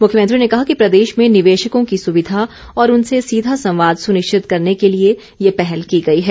मुख्यमंत्री ने कहा कि प्रदेश में निवेशकों की सुविधा और उनसे सीधा संवाद सुनिश्चित करने के लिए ये पहल की गई है